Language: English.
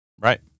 right